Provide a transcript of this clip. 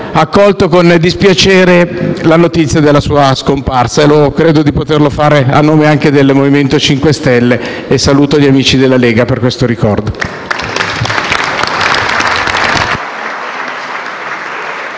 accolto con dispiacere la notizia della sua scomparsa e credo di poterlo ricordare a nome anche del MoVimento 5 Stelle. Saluto gli amici della Lega in questo ricordo.